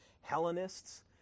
Hellenists